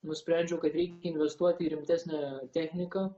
nusprendžiau kad reikia investuoti į rimtesnę techniką